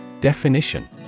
Definition